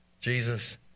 Jesus